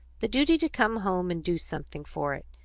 the duty to come home and do something for it,